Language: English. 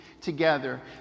together